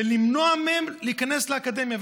למנוע מהם להיכנס לאקדמיה.